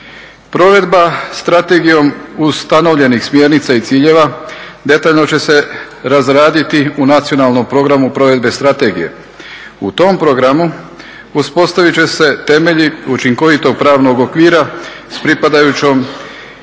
Provedba strategijom ustanovljenih smjernica i ciljeva detaljno će se razraditi u Nacionalnom programu provedbe strategije. U tom programu uspostavit će se temelji učinkovitog pravnog okvira s pripadajućom